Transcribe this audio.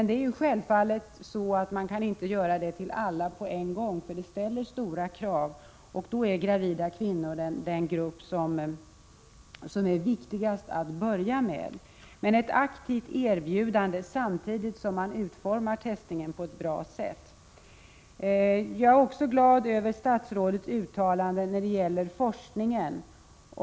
Det är självfallet inte möjligt att erbjuda alla provtagning på en gång, eftersom det ställs stora krav. Gravida kvinnor är då den grupp som det är viktigast att börja med, genom ett aktivt erbjudande samtidigt som testningen utformas på ett bra sätt. Jag är också glad över statsrådets uttalande om forskningen.